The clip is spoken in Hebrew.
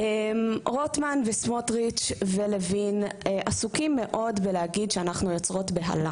רוטמן וסמוטריץ' ולוין עסוקים מאוד בלהגיד שאנחנו יוצרות תבהלה.